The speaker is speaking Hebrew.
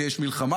כי יש מלחמה.